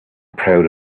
proud